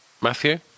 Matthew